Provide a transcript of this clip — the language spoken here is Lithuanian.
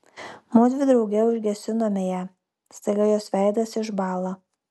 mudvi drauge užgesinome ją staiga jos veidas išbąla